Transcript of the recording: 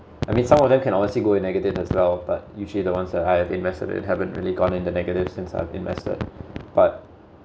I mean some of them can honestly go in negative as well but usually the ones that I have invested in haven't really gone into negative since I've invested but